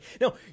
No